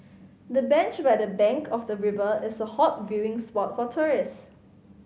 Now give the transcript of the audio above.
the bench by the bank of the river is a hot viewing spot for tourist